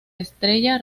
estrella